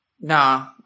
Nah